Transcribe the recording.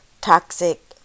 toxic